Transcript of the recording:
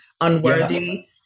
unworthy